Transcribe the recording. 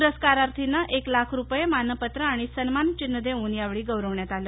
पुरस्कारार्थींना एक लाख रुपये मानपत्र आणि सन्मानचिन्ह देऊन यावेळी गौरविण्यात आलं